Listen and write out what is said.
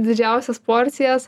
didžiausias porcijas